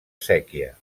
séquia